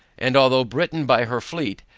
and although britain by her fleet,